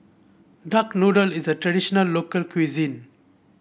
Duck Noodle is a traditional local cuisine